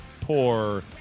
poor